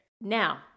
Now